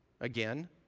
again